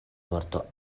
vorto